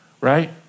right